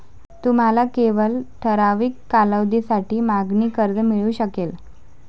तुम्हाला केवळ ठराविक कालावधीसाठी मागणी कर्ज मिळू शकेल